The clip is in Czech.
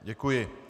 Děkuji.